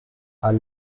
are